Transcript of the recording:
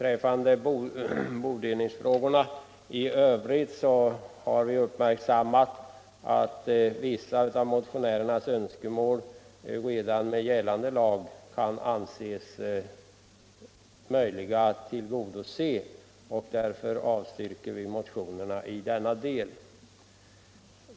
Vad bodelningsfrågorna i övrigt beträffar har utskottet framhållit att vissa av motionärernas önskemål redan med gällande lagstiftning kan tillgodoses, och därför avstyrker vi motionerna i denna del.